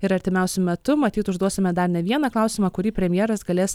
ir artimiausiu metu matyt užduosime dar ne vieną klausimą kurį premjeras galės